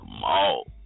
mall